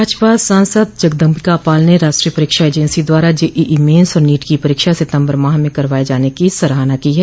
भाजपा सांसद जगदम्बिका पाल ने राष्ट्रीय परीक्षा एजेंसी द्वारा जेईई मेन्स और नीट की परीक्षा सितम्बर माह में करवाये जाने की सराहना की है